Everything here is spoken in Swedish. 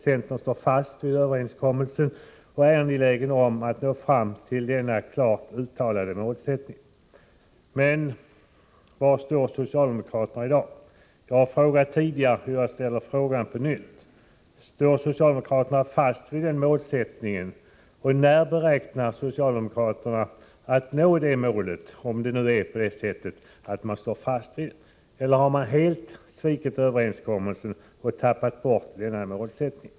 Vi står fast vid överenskommelsen och är angelägna om att nå fram till denna klart uttalade målsättning. Men var står socialdemokraterna i dag? Jag har frågat tidigare och ställer frågan på nytt: Står socialdemokraterna fast vid den målsättningen? Om de gör det, när beräknar socialdemokraterna att nå det målet? Eller har man helt svikit överenskommelsen och tappat bort denna målsättning?